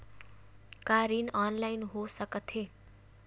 का ऋण ऑनलाइन हो सकत हे?